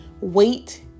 wait